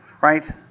right